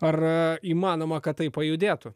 ar įmanoma kad tai pajudėtų